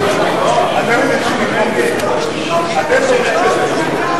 מרשם האוכלוסין (תיקון,